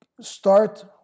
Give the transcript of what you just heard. start